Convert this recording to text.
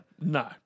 No